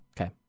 Okay